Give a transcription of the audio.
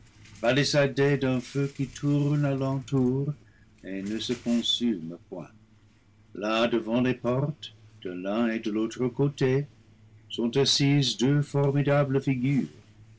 d'un feu qui tourne à l'entour et ne se consume point là devant les portes de l'un et de l'autre côté sont assises deux formidables figures